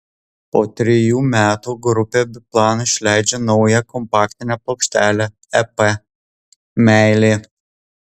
po trejų metų grupė biplan išleidžia naują kompaktinę plokštelę ep meilė